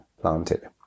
planted